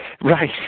Right